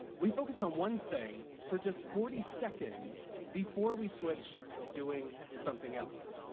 we focus on one thing for just forty seconds before we switch to doing something else,